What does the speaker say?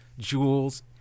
jewels